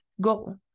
goal